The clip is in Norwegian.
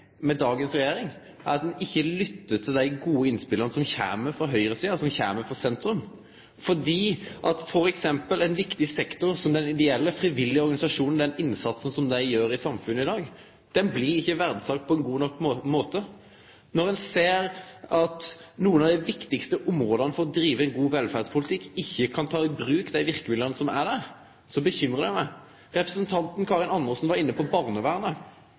med dagens regjering, er at ho ikkje lyttar til dei gode innspela som kjem frå høgresida, og som kjem frå sentrum, for t.d. ein viktig sektor som dei ideelle, frivillige organisasjonane og den innsatsen som dei gjer i samfunnet i dag, blir ikkje verdsett på ein god nok måte. Når ein ser at nokre av dei viktigaste områda for å drive ein god velferdspolitikk, ikkje kan ta i bruk dei verkemidla som er der, bekymrar det meg. Representanten Karin Andersen var inne på barnevernet.